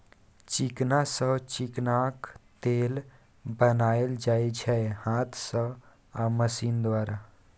चिकना सँ चिकनाक तेल बनाएल जाइ छै हाथ सँ आ मशीन द्वारा